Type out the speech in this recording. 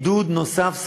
גדוד נוסף סדיר,